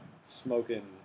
Smoking